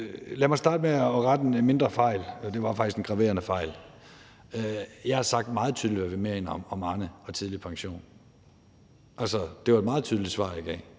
Lad mig starte med at rette en mindre fejl – det var faktisk en graverende fejl. Jeg har meget tydeligt sagt, hvad vi mener om Arne og en tidlig pension. Det var et meget tydeligt svar, jeg gav.